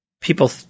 people